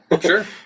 sure